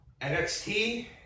NXT